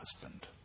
husband